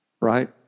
right